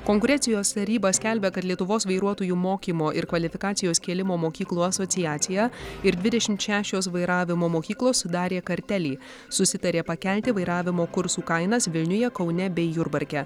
konkurencijos taryba skelbia kad lietuvos vairuotojų mokymo ir kvalifikacijos kėlimo mokyklų asociacija ir dvidešimt šešios vairavimo mokyklos sudarė kartelį susitarė pakelti vairavimo kursų kainas vilniuje kaune bei jurbarke